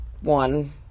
one